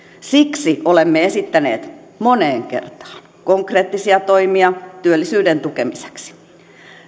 siksi olemme esittäneet moneen kertaan konkreettisia toimia työllisyyden tukemiseksi